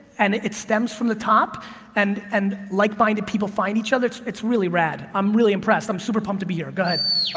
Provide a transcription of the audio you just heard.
and it stems from the top and and like-minded people find each other, it's really rad, i'm really impressed, i'm super-pumped to be here, go ahead.